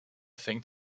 fängt